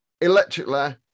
electrically